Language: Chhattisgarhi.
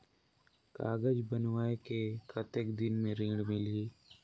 कागज बनवाय के कतेक दिन मे ऋण मिलही?